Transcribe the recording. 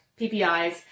PPIs